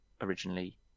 originally